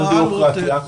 על בירוקרטיה,